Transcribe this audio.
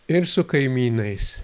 ir su kaimynais